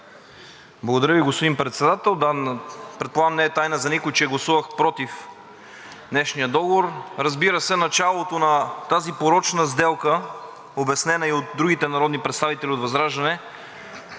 Благодаря Ви, господин Председател. Предполагам, че не е тайна за никой, че гласувах против днешния договор. Разбира се, началото на тази порочна сделка, обяснена и от другите народни представители от ВЪЗРАЖДАНЕ,